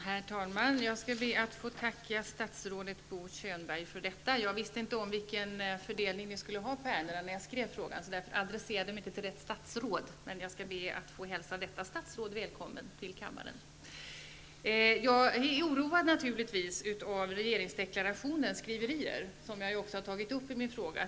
Herr talman! Jag skall be att få tacka statsrådet Bo Könberg för svaret. Jag visste inte vilken fördelning av ärendena som skulle gälla när jag ställde frågan. Därför adresserade jag den inte till rätt statsråd. Jag skall emellertid be att få hälsa detta statsråd välkommen till denna kammare. Jag är naturligtvis oroad över skrivningen i regeringsförklaringen, vilket jag också har tagit upp i min fråga.